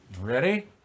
Ready